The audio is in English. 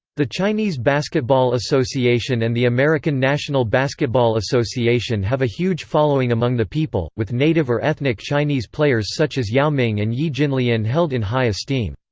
the chinese basketball association and the american national basketball association have a huge following among the people, with native or ethnic chinese players such as yao ming and yi jianlian held in high esteem.